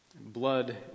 Blood